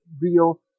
real